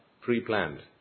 pre-planned